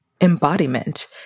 embodiment